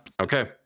okay